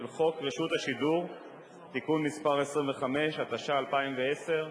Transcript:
של חוק רשות השידור (תיקון מס' 25), התשע"א 2010,